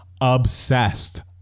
obsessed